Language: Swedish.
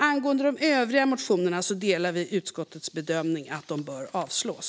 Angående de övriga motionerna delar vi utskottets bedömning att de bör avslås.